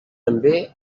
també